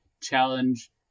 challenge